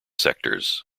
sectors